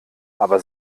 aber